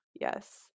Yes